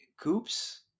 coupes